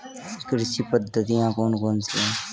कृषि पद्धतियाँ कौन कौन सी हैं?